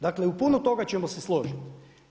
Dakle, u puno toga ćemo se složiti.